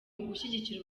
ugushyigikira